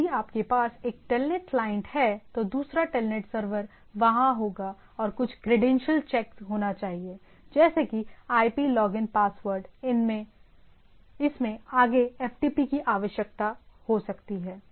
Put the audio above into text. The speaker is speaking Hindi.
यदि आपके पास एक टेलनेट क्लाइंट है तो दूसरा टेलनेट सर्वर वहां होगा और कुछ क्रेडेंशियल चेक होना चाहिए जैसे कि आईपी लॉगिन पासवर्ड इसमें आगे एफटीपी कि आवश्यकता हो सकती है